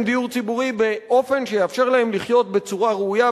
דיור ציבורי באופן שיאפשר להם לחיות בצורה ראויה,